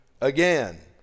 again